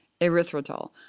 erythritol